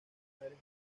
mujeres